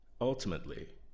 ultimately